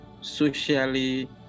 socially